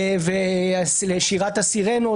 לשירת הסירנות,